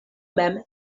mem